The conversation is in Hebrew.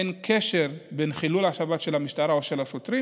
אין קשר לחילול השבת של המשטרה או של השוטרים.